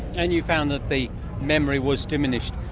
and you found that the memory was diminished.